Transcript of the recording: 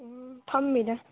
ꯐꯝꯃꯤꯗ